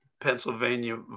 Pennsylvania